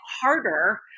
harder